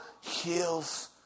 heals